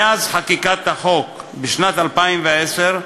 מאז חקיקת החוק, בשנת 2010,